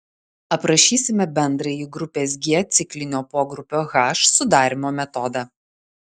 aprašysime bendrąjį grupės g ciklinio pogrupio h sudarymo metodą